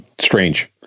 strange